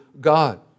God